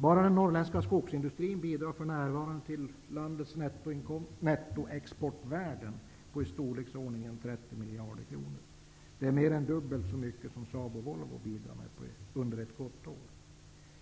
Bara den norrländska skogsindustrin bidrar för närvarande till landets inkomster med ett nettoexportvärde om i storleksordningen 30 miljarder kronor. Det är mer än dubbelt så mycket som Saab och Volvo bidrar med under ett gott år.